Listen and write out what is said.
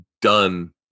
done